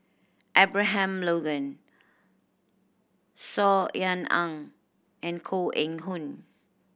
Abraham Logan Saw Ean Ang and Koh Eng Hoon